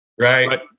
Right